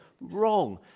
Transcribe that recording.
wrong